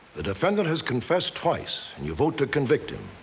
the defendant has confessed twice, and you vote to convict him.